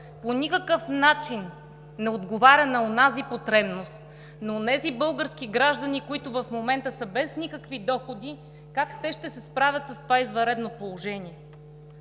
по никакъв начин не отговаря на онази потребност, на онези български граждани, които в момента са без никакви доходи, как те ще се справят с това извънредно положение.